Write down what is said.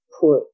put